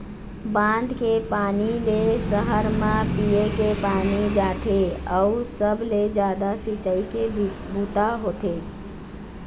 बांध के पानी ले सहर म पीए के पानी जाथे अउ सबले जादा सिंचई के बूता होथे